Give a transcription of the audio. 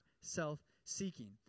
self-seeking